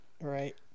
right